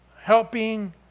helping